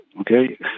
okay